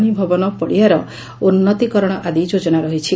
ନୀଭବନ ପଡିଆର ଉନୃତିକରଣ ଆଦି ଯୋଜନା ରହିଛି